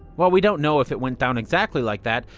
while we don't know if it went down exactly like that,